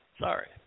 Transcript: Sorry